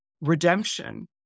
redemption